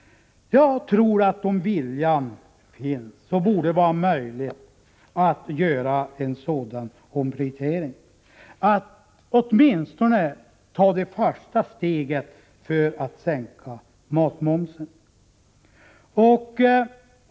Jag tror att det skulle vara möjligt, om viljan fanns, att göra en sådan omprioritering att åtminstone det första steget till en sänkning av matmomsen kunde tas.